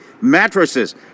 mattresses